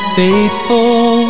faithful